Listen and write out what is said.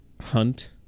hunt